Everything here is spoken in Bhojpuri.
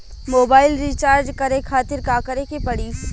मोबाइल रीचार्ज करे खातिर का करे के पड़ी?